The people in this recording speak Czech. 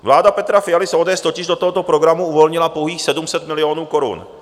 Vláda Petra Fialy z ODS totiž do tohoto programu uvolnila pouhých 700 milionů korun.